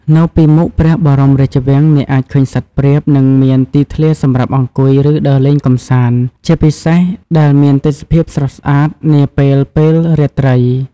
នៅពីមុខព្រះបរមរាជវាំង អ្នកអាចឃើញសត្វព្រាប និងមានទីធ្លាសម្រាប់អង្គុយ ឬដើរលេងកម្សាន្ត ជាពិសេសដែលមានទេសភាពស្រស់ស្អាតនាពេលពេលរាត្រី។